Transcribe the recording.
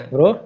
Bro